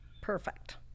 Perfect